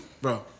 bro